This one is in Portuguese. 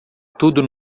tudo